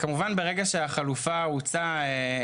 כמובן ברגע שהחלופה הוצעה,